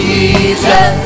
Jesus